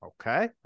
Okay